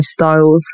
lifestyles